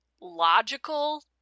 logical